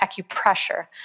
acupressure